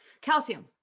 Calcium